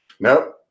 Nope